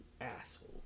asshole